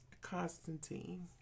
Constantine